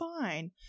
fine